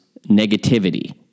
negativity